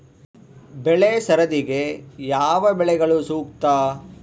ಬೆಳೆ ಸರದಿಗೆ ಯಾವ ಬೆಳೆಗಳು ಸೂಕ್ತ?